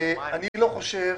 לא חושב